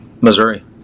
Missouri